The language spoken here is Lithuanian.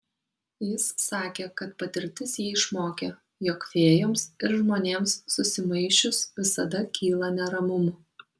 jis sakė kad patirtis jį išmokė jog fėjoms ir žmonėms susimaišius visada kyla neramumų